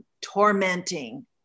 tormenting